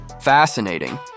Fascinating